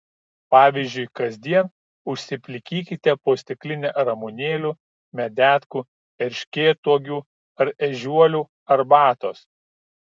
pavyzdžiui kasdien užsiplikykite po stiklinę ramunėlių medetkų erškėtuogių ar ežiuolių arbatos